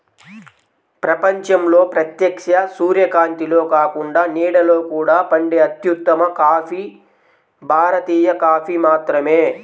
ప్రపంచంలో ప్రత్యక్ష సూర్యకాంతిలో కాకుండా నీడలో కూడా పండే అత్యుత్తమ కాఫీ భారతీయ కాఫీ మాత్రమే